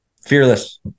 Fearless